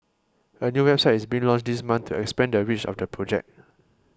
a new website is being launched this month to expand the reach of the project